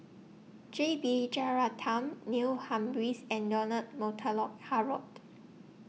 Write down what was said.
J B Jeyaretnam Neil Humphreys and Leonard Montague Harrod